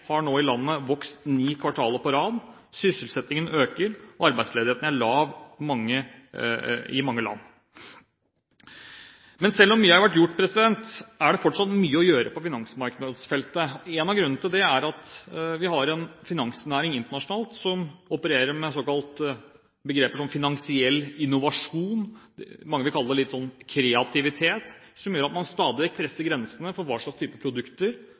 har nå vokst i ni kvartaler på rad, sysselsettingen øker, og arbeidsledigheten er lav sammenlignet med mange land. Men selv om mye har vært gjort, er det fortsatt mye å gjøre på finansmarkedsfeltet. Én av grunnene til det er at vi har en finansnæring internasjonalt som opererer med begreper som «finansiell innovasjon» – mange vil kalle det kreativitet – noe som gjør at man stadig vekk presser grensene når det gjelder hva slags type produkter